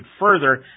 further